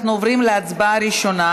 אנחנו עוברים להצבעה הראשונה,